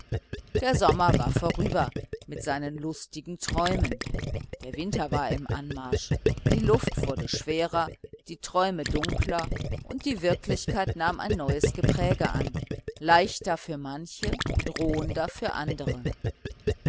der sommer war vorüber mit seinen lustigen träumen der winter war im anmarsch die luft wurde schwerer die träume dunkler und die wirklichkeit nahm ein neues gepräge an leichter für manche drohender für andere